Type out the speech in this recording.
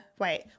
wait